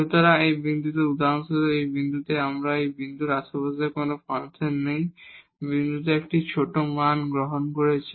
সুতরাং এই বিন্দুতে উদাহরণস্বরূপ এই বিন্দুতে এখানে এই বিন্দুর আশেপাশের ফাংশন সেই বিন্দুতে একটি ছোট মান গ্রহণ করছে